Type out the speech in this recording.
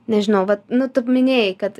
nežinau vat nu tu minėjai kad